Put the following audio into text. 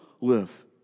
live